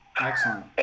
Excellent